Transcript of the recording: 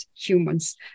humans